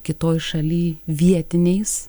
kitoj šaly vietiniais